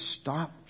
stop